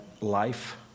life